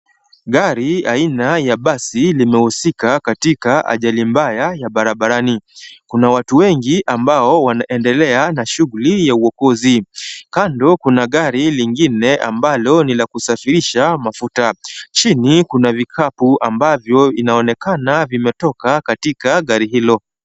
Gari aina ya basi limehusika katika ajali mbaya ya barabarani. Kuna watu wengi ambao wanaendelea na shughuli za uokozi. Kando kuna gari lingine ambalo ni la kusafirisha mafuta. Chini kuna vikapu ambavyo inaonekana vimetoka katika gari hilo.